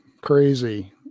crazy